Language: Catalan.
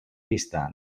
pista